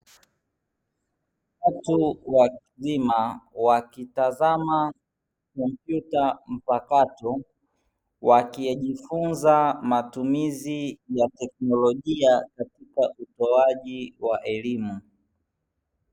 Watu wazima wakitazama kompyuta mpakato, wakijifuna matumizi ya teknolojia katika utoaji wa elimu.